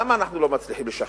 למה אנחנו לא מצליחים לשכנע,